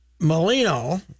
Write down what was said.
Molino